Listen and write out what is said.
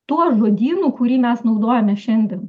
tuo žodynu kurį mes naudojame šiandien